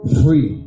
free